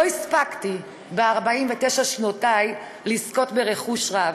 לא הספקתי ב-49 שנותיי לזכות ברכוש רב,